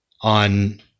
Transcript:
on